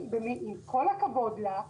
עם כל הכבוד לה,